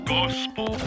Gospel